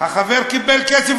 החבר קיבל כסף